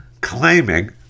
claiming